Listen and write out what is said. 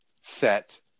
set